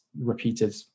repeated